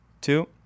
two